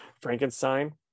frankenstein